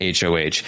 HOH